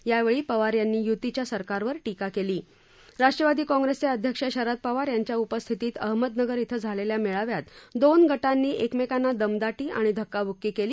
यावेळी पवार यांनी यूतीच्या सरकारवर टीका केली राष्ट्रवादी काँग्रेसचे अध्यक्ष शरद पवार यांच्या उपस्थितीत अहमदनगर इथं झालेल्या मेळाव्यात दोन गटांनी एकमेकांना दमदाटी आणि धक्काब्क्की केली